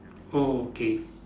oh okay